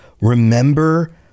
Remember